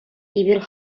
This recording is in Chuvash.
эпир